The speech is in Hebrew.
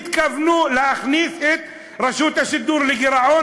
התכוונו להכניס את רשות השידור לגירעון